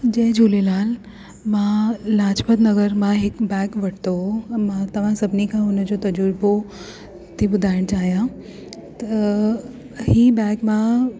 जय झूलेलाल मां लाजपत नगर मां हिकु बैग वरितो हुओ मां तव्हां सभिनी खां हुन जो तज़ुर्बो थी ॿुधाइणु चाहियां त इहा बैग मां